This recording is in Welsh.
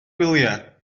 gwyliau